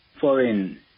foreign